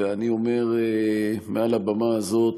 ואני אומר מעל הבמה הזאת